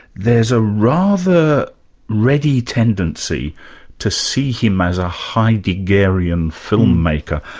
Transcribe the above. there is a rather ready tendency to see him as a heideggerian filmmaker.